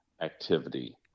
activity